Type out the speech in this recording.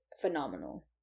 phenomenal